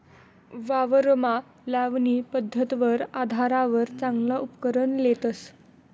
वावरमा लावणी पध्दतवर आधारवर चांगला उपकरण लेतस